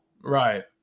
Right